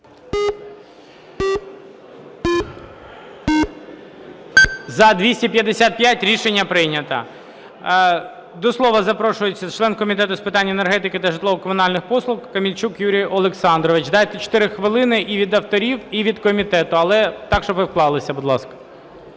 За-255 Рішення прийнято. До слова запрошується член Комітету з питань енергетики та житлово-комунальних послуг Камельчук Юрій Олександрович. Дайте 4 хвилини і від авторів і від комітету. Але так, щоб ви вклалися, будь ласка.